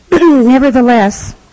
Nevertheless